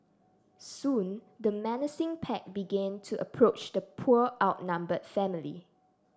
soon the menacing pack began to approach the poor outnumbered family